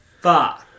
Fuck